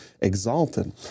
exalted